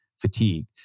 fatigue